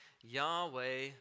Yahweh